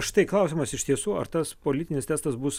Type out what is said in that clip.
štai klausimas iš tiesų ar tas politinis testas bus